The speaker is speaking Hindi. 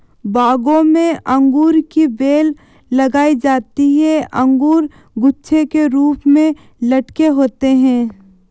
बागों में अंगूर की बेल लगाई जाती है अंगूर गुच्छे के रूप में लटके होते हैं